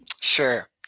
Sure